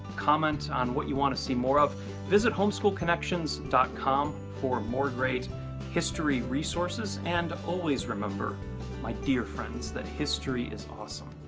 comment on what you want to see more of. visit homeschoolconnections dot com for more great history resources and always remember my dear friends that history is awesome.